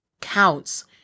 counts